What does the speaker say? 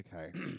Okay